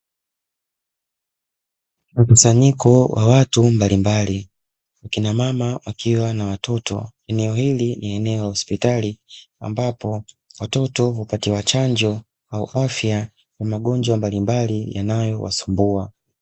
Mkusanyiko wa watu mbalimbali wakina mama wakiwa na watoto. Eneo hili ni eneo la hospitali ambapo watoto hupatiwa chanjo au afya ya magonjwa mbalimbali yanayowasumbua.